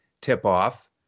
tip-off